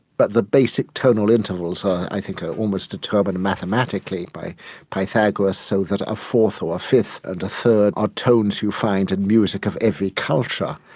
but the basic tonal intervals i think are almost determined mathematically by pythagoras so that a fourth or a fifth and a third are tones you find in and music of every culture.